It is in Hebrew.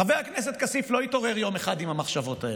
חבר הכנסת כסיף לא התעורר יום אחד עם המחשבות האלה.